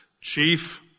chief